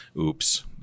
oops